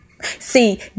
See